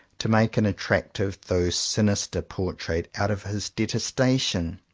to make an attractive, though sinister portrait out of his detestation.